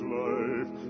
life